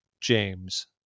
James